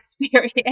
experience